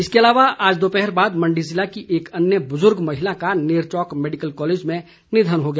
इसके अलावा आज दोपहर बाद मण्डी जिला की एक अन्य बुजुर्ग महिला का नेरचौक मैडिकल कॉलेज में निधन हो गया